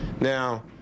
Now